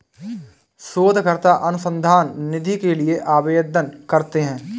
शोधकर्ता अनुसंधान निधि के लिए आवेदन करते हैं